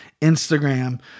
Instagram